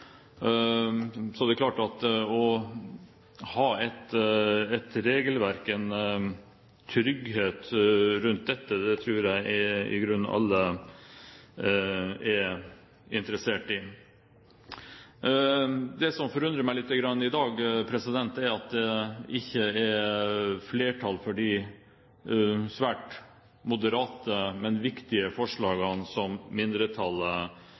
Så det er klart at å ha et regelverk, en trygghet rundt dette, tror jeg i grunnen alle er interessert i. Det som forundrer meg litt, er at det ikke er flertall for de svært moderate, men viktige forslagene som mindretallet